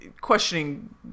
questioning